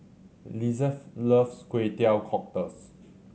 Lizeth loves Kway Teow Cockles